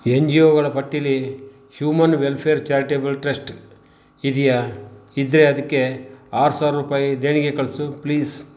N G ಒಗಳ ಪಟ್ಟಿಲಿ human welfare charitable trust ಇದೆಯಾ ಇದ್ದರೆ ಅದಕ್ಕೆ ಆರು ಸಾವಿರ ರೂಪಾಯಿ ದೇಣಿಗೆ ಕಳಿಸು ಪ್ಲೀಸ್